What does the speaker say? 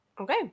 okay